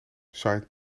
zaait